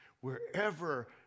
wherever